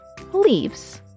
Leaves